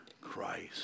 Christ